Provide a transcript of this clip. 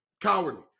Cowardly